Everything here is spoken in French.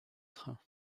train